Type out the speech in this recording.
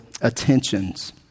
attentions